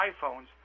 iPhones